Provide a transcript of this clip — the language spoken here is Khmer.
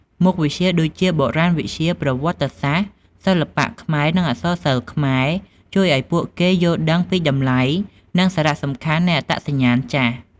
មុខវិជ្ជាដូចជា បុរាណវិទ្យា ប្រវត្តិសាស្ត្រ សិល្បៈខ្មែរ និងអក្សរសិល្ប៍ខ្មែរ ជួយឱ្យពួកគេយល់ដឹងពីតម្លៃ និងសារៈសំខាន់នៃអត្តសញ្ញាណចាស់។